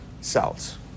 cells